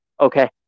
Okay